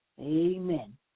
Amen